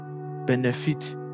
benefit